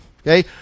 Okay